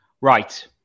Right